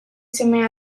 seme